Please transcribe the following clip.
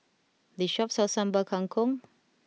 this shop sells Sambal Kangkong